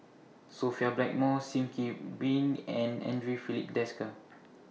Sophia Blackmore SIM Kee been and Andre Filipe Desker